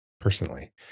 personally